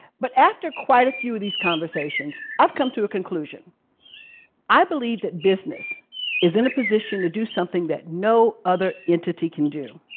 but after quite a few of these conversations, i've come to a conclusion i believe that business is in a position to do something that no other entity can do.